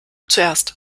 zuerst